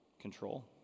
control